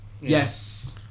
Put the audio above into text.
Yes